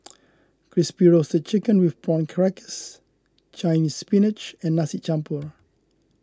Crispy Roasted Chicken with Prawn Crackers Chinese Spinach and Nasi Champur